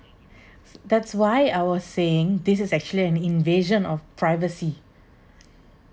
that's why I'll saying this is actually an invasion of privacy